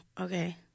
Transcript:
Okay